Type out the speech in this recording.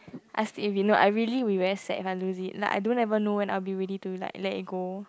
I sleep with it no I really be very sad if I lose it like I don't ever know when I will be ready to like let it go